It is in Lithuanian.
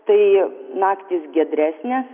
tai naktys giedresnės